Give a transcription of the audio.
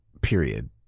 Period